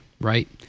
right